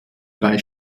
drei